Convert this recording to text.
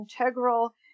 integral